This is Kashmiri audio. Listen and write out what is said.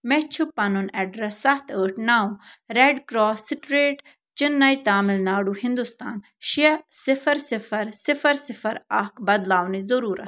مےٚ چھُ پَنُن ایٚڈرَس سَتھ ٲٹھ نَو red cross street Chennai Tamil Nadu Hindustan شےٚ صِفَر صِفَر صِفَر صِفَر اکھ بدلاونٕچ ضروٗرت